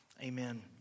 Amen